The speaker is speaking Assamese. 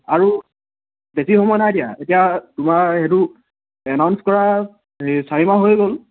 আৰু বেছি সময় নাই এতিয়া এতিয়া তোমাৰ সেইটো এনাউঞ্চ কৰা হে চাৰিমাহ হৈ গ'ল